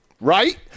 Right